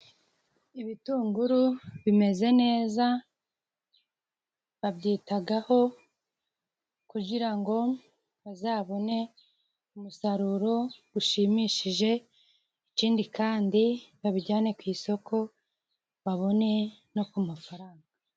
Ibitunguru bimeze neza babyitagaho kugira ngo bazabone umusaruro ushimishije, ikindi kandi babijyane ku isoko babone no ku mafaranga.